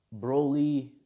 Broly